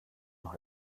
noch